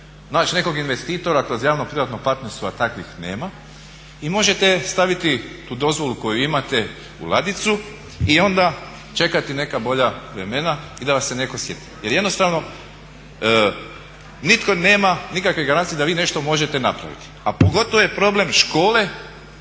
naći nekog investitora kroz javno privatno partnerstvo a takvih nema i možete staviti tu dozvolu koju imate u ladicu i onda čekati neka bolja vremena i da vas se neko sjeti. Jer jednostavno nitko nema nikakve garancije da vi nešto možete napraviti, a pogotovo je problem škole,